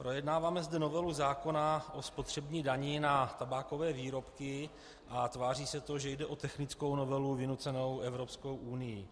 Projednáváme zde novelu zákona o spotřební dani na tabákové výrobky a tváří se to, že jde o technickou novelu vynucenou Evropskou unií.